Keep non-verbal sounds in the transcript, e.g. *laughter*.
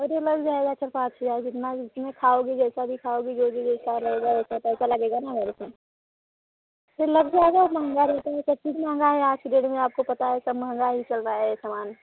अरे लग जाएगा चार पाँच हजार जितना जितने खाओगी जैसा भी खाओगी जो भी जैसा रहेगा वैसा पैसा लगेगा *unintelligible* फिर लग जाएगा महंगा रेट है सब चीज महंगा है आज के डेट में आपको पता है सब महंगा ही चल रहा है समान